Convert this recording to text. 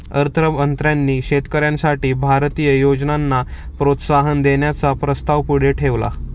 अर्थ मंत्र्यांनी शेतकऱ्यांसाठी भारतीय योजनांना प्रोत्साहन देण्याचा प्रस्ताव पुढे ठेवला